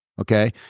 Okay